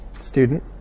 student